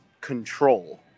control